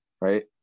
right